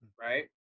right